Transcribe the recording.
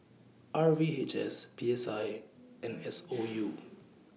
R V H S P S I and S O U